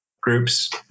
groups